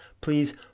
please